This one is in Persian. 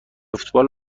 فوتبال